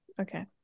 Okay